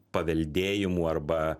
paveldėjimų arba